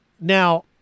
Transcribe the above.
Now